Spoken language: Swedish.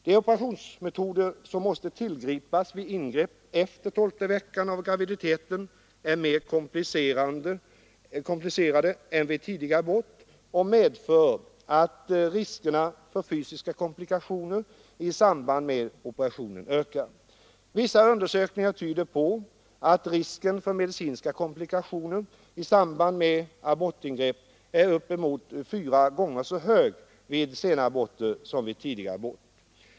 De operationsmetoder som måste användas vid ingrepp efter tolfte veckan av graviditeten är mer komplicerade än vid tidig abort och medför att riskerna för fysiska komplikationer i samband med operationen ökar. Vissa undersökningar tyder på att risken för medicinska komplikationer i samband med abortingrepp är uppemot fyra gånger så hög vid sena aborter som vid tidigare abort.